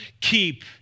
keep